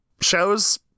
Shows